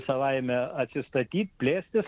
savaime atsistatyt plėstis